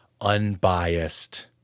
unbiased